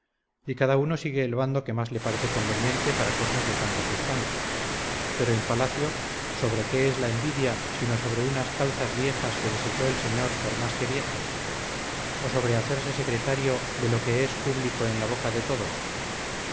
y cada uno sigue el bando que mas le parece conveniente para cosas de tanta substancia pero en palacio sobre qué es la envidia sino sobre unas calzas viejas que desechó el señor por más que viejas o sobre hacerse secretario de lo que es público en la boca de todos